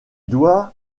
doit